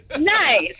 Nice